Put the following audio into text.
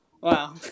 Wow